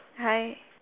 hi